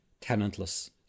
Tenantless